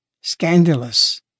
scandalous